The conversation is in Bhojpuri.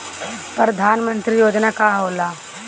परधान मंतरी योजना का होला?